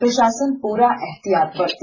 प्रशासन पूरा एहतियात बरते